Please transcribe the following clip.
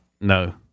No